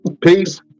peace